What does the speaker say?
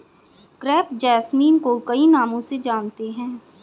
crepe jasmine को कई नामों से जानते हैं